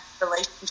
relationship